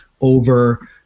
over